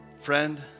Friend